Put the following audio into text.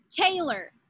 Taylor